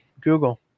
Google